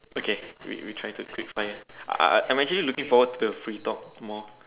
okay we we try to take five I I I'm actually looking forward to the free talk more